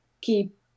keep